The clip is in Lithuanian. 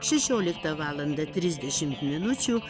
šešioliktą valandą trisdešimt minučių